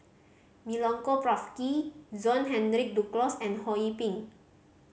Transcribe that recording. Milenko Prvacki Henry Duclos and Ho Yee Ping